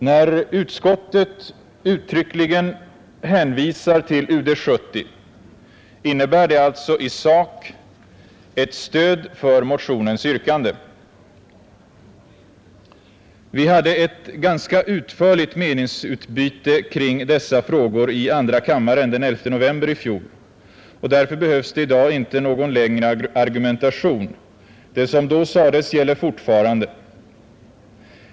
När utskottet uttryckligen hänvisar till UD 70 innebär det alltså i sak ett stöd för motionens yrkande. Vi hade ett ganska utförligt meningsutbyte kring dessa frågor i andra kammaren den 11 november i fjol, och därför behövs det i dag inte någon längre argumentation. Det som då sades gäller fortfarande.